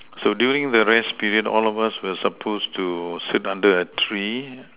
so during the rest period all of us were supposed to sit under a tree